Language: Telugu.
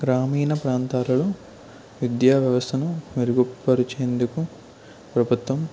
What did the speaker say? గ్రామీణ ప్రాంతాలలో విద్యా వ్యవస్థను మెరుగుపరించేందుకు ప్రభుత్వం